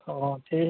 অ ঠিক